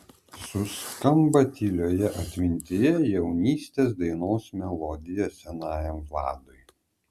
suskamba tylioje atmintyje jaunystės dainos melodija senajam vladui